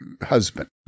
husband